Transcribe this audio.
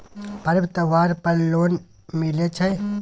पर्व त्योहार पर लोन मिले छै?